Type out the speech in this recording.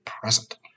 present